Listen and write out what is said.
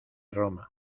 roma